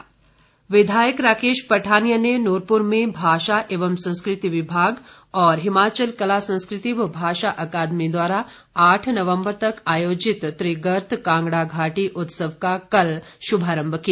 राकेश पठानिया विधायक राकेश पठानिया ने नूरपुर में भाषा एवं संस्कृति विभाग और हिमाचल कला संस्कृति व भाषा अकादमी द्वारा आठ नवम्बर तक आयोजित त्रिगर्त कांगड़ा घाटी उत्सव का कल शुभारंभ किया